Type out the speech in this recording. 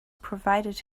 provided